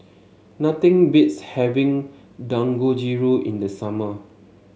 nothing beats having Dangojiru in the summer